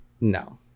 no